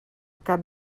cap